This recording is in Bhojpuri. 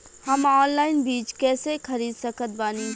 हम ऑनलाइन बीज कइसे खरीद सकत बानी?